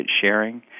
sharing